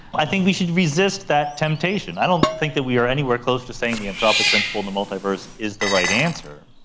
i think we should resist that temptation. i don't think that we are anywhere close to saying the anthropic principle and the multiverse is the right answer,